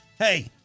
Hey